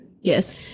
Yes